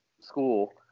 school